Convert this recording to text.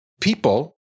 people